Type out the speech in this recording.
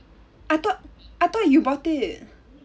I thought I thought you bought it